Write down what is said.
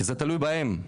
כי זה תלוי בהם,